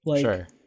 Sure